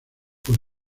con